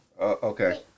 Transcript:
okay